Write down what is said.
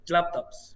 Laptops